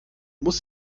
muss